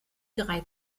drei